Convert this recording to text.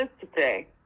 today